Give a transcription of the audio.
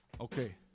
okay